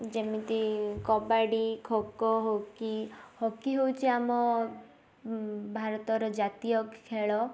ଯେମିତି kabaddi kho kho hockey hockey ହେଉଛି ଆମ ଭାରତର ଜାତୀୟ ଖେଳ